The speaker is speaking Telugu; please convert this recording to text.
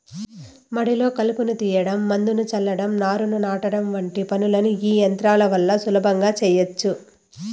మడిలో కలుపును తీయడం, మందును చల్లటం, నారును నాటడం వంటి పనులను ఈ యంత్రాల వల్ల సులభంగా చేయచ్చు